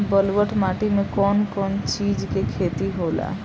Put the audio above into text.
ब्लुअट माटी में कौन कौनचीज के खेती होला?